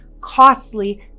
costly